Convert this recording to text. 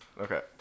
Okay